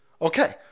Okay